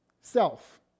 Self